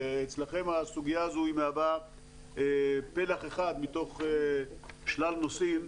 אצלכם הסוגיה הזו מהווה פלח אחד מתוך שלל נושאים.